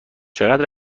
چقدر